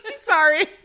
Sorry